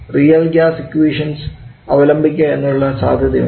real gas equations അവലംബിക്കുക എന്നുള്ള സാധ്യതയുമുണ്ട്